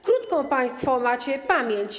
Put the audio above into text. Krótką państwo macie pamięć.